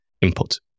input